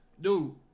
dude